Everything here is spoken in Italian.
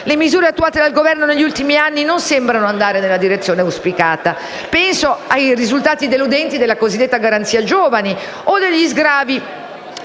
Le misure attuate dal Governo negli ultimi anni non sembrano andare nella direzione auspicata: penso ai risultati deludenti della cosiddetta «garanzia giovani» o a quelli degli sgravi